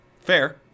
fair